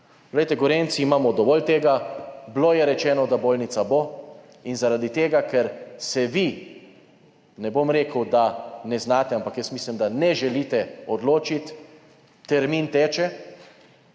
strani? Gorenjci imamo tega dovolj. Rečeno je bilo, da bolnica bo, in zaradi tega, ker se vi, ne bom rekel, da ne znate, ampak jaz mislim, da ne želite odločiti, termin teče,